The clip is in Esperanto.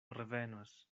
revenos